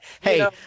Hey